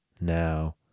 now